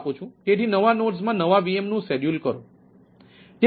તેથી નવા નોડ્સ માં નવા વીએમ નું શેડ્યૂલ કરો